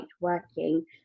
working